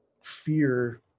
fear